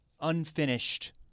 unfinished